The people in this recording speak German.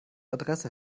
adresse